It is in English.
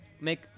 make